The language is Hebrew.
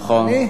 נכון.